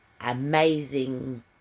amazing